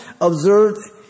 observed